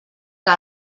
que